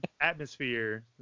Atmosphere